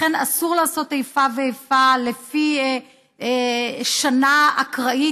לכן אסור לעשות איפה ואיפה לפי שנה אקראית,